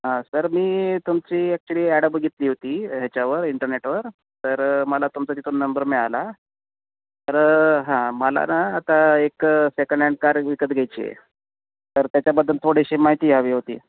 हां सर मी तुमची ॲक्च्युली ॲड बघितली होती ह्याच्यावर इंटरनेटवर तर मला तुमचा तिथून नंबर मिळाला तर हां मला ना आता एक सेकंड हँड कार विकत घ्यायची आहे तर त्याच्याबद्दल थोडीशी माहिती हवी होती